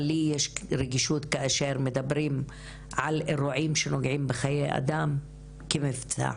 אבל לי יש רגישות כאשר מדברים על אירועים שנוגעים בחיי אדם כמבצע